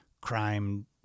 crime